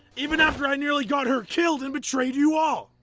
even after i nearly got her killed and betrayed you all!